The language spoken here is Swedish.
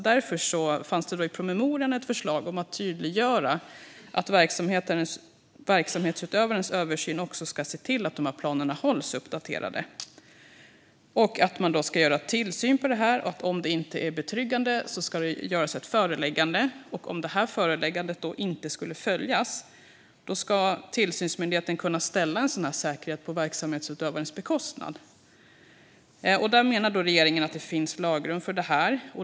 Därför fanns det i promemorian ett förslag om att tydliggöra att verksamhetsutövarens översyn också innebär att se till att planerna hålls uppdaterade. Det ska ske tillsyn, och om de inte anses vara betryggande ska det läggas fram ett föreläggande. Om föreläggandet inte följs ska tillsynsmyndigheten kunna ställa en säkerhet på verksamhetsutövarens bekostnad. Regeringen menar att det finns lagrum för detta.